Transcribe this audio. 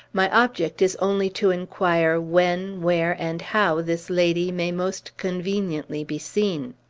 my object is only to inquire when, where, and how this lady may most conveniently be seen.